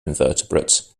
invertebrates